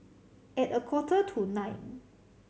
at a quarter to nine